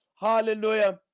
hallelujah